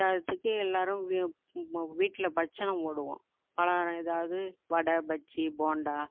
பற்றாததுக்கு எல்லோரும் வீட்டில் பட்சணம் போடுவோம் பலகாரம் எதாவது வடை பஜ்ஜி போண்டா